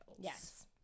Yes